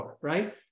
right